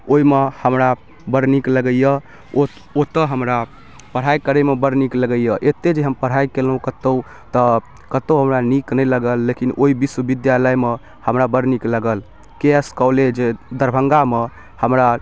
ओहिमे हमरा बड़ नीक लगैए ओ ओतऽ हमरा पढ़ाइ करैमे बड़ नीक लगैए एतेक जे हम पढ़ाइ कएलहुँ कतहु तऽ कतहु हमरा नीक नहि लागल लेकिन ओहि विश्वविद्यालयमे हमरा बड़ नीक लागल के एस कॉलेज दरभङ्गामे हमरा